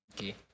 Okay